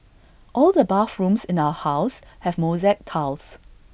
all the bathrooms in our house have mosaic tiles